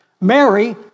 Mary